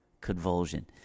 convulsion